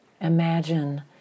imagine